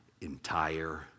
entire